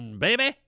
baby